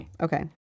Okay